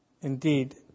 Indeed